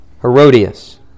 Herodias